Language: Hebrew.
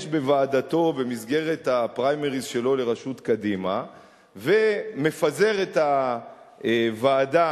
בוועדתו במסגרת הפריימריז שלו לראשות קדימה ומפזר את הוועדה,